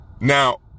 Now